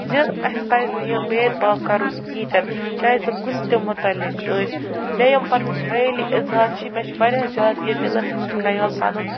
اَسہِ پزِ نہٕ یہِ بید باو کَرُن کِہیٖنٛۍ تہِ نہٕ چاہیے سُہ کُنہِ تہِ متعلق ٲسۍ مےٚ یِم پنٕنۍ خیٲلی اظہار چھِ مےٚ چھِ وارِیاہ زیادٕ یہِ دِلس منٛز خیال پنُن